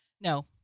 No